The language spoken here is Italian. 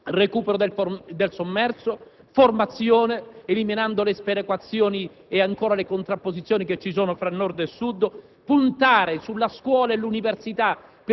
recupero del sommerso, formazione eliminando le sperequazioni e le contrapposizioni che ci sono tra Nord e Sud, puntare sulla scuola e l'università